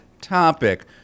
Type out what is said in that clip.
topic